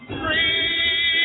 free